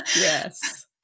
Yes